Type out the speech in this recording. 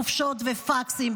חופשות ופקסים.